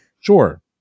Sure